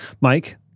Mike